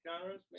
genres